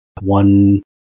one